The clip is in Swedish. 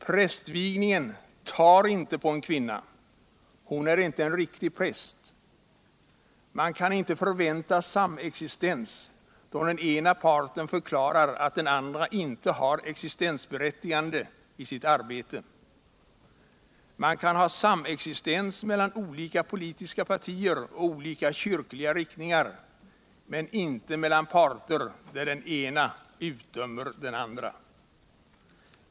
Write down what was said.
Prästvigningen tarinte" på en kvinna. Hon är inte en riktig präst. Man kan inte förvänta ”samexistens', då den ena parten förklarar att den andra inte har existensberättigande i sitt arbete. Man kan ha samexistens, mellan olika politiska partier och olika kyrkliga riktningar, men inte mellan parter där den ena utdömer den andra.